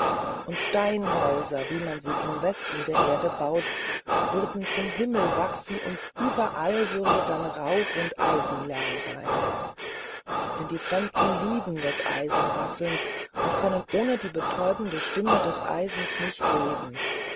und steinhäuser wie man sie im westen der erde baut würden zum himmel wachsen und überall würde dann rauch und eisenlärm sein denn die fremden lieben das eisenrasseln und können ohne die betäubende stimme des eisens nicht leben